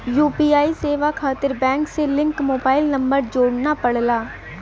UPI सेवा खातिर bank से लिंक मोबाइल नंबर जोड़ना पड़ला